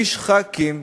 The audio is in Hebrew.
נשחקים.